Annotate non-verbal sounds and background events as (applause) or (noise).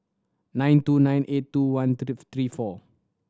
nine two nine eight two one (unintelligible) three four